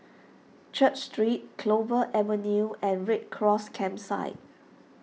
Church Street Clover Avenue and Red Cross Campsite